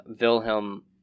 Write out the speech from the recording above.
Wilhelm